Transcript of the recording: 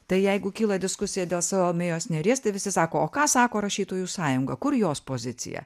tai jeigu kyla diskusija dėl salomėjos nėries tai visi sako o ką sako rašytojų sąjunga kur jos pozicija